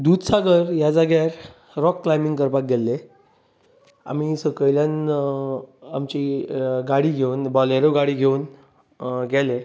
दुदसागर ह्या जाग्यार rock climbing करपाक गेल्ले आमी सकयल्ल्यान आमची गाडी घेवन बाॅलेरो गाडी घेवन गेले